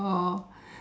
oh